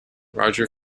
roger